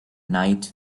night